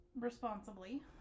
responsibly